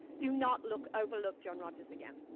do not look overlook john rogers again.